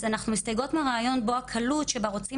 אז אנחנו מסתייגות מהרעיון בו הקלות שבה רוצים